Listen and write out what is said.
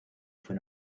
fue